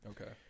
okay